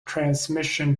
transmission